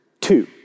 two